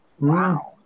Wow